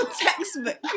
Textbook